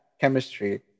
chemistry